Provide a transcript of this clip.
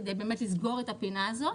כדי באמת לסגור את הפינה הזו.